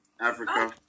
Africa